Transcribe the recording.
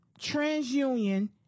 transunion